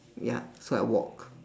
ya so I walk